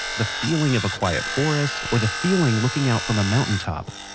the feeling of a quiet forest or the feeling looking out from a mountain top